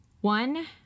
one